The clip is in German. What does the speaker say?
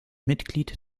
mitglied